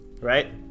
Right